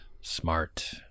Smart